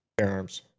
Firearms